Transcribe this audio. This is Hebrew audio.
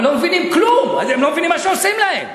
אבל לא מבינים כלום, הם לא מבינים מה שעושים להם.